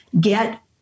get